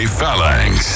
Phalanx